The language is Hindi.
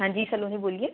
हाँ जी सलोनी बोलिए